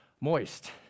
moist